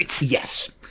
Yes